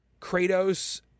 Kratos